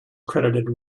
credited